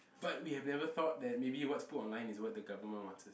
but we have never thought that maybe what's put online is what the government wants us